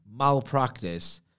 Malpractice